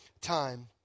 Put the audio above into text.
time